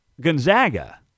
Gonzaga